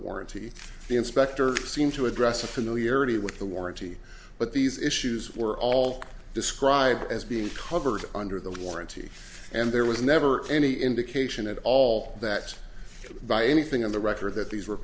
warranty the inspector seemed to address a familiarity with the warranty but these issues were all described as being covered under the warranty and there was never any indication at all that you could buy anything on the record that these